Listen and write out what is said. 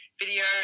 video